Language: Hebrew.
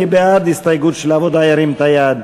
מי בעד ההסתייגויות של העבודה, ירים את היד.